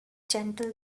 gentle